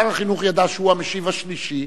שר החינוך ידע שהוא המשיב השלישי,